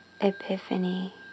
epiphany